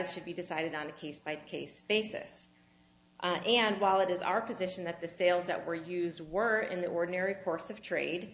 is should be decided on a case by case basis and while it is our position that the sales that were used were in the ordinary course of trade